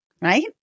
right